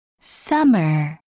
Summer